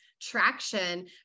traction